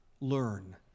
learn